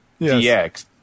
DX